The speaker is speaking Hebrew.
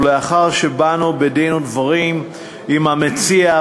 ולאחר שבאנו בדין ודברים עם המציע,